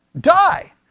Die